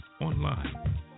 online